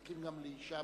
מנכים גם לאשה באותה משרה.